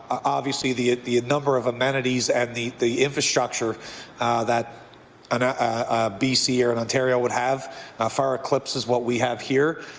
obviously the the number of amenities and the the infrastructure that and ah b c. and ontario would have far eclipses what we have here,